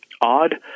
odd